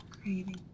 Craving